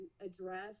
address